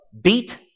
beat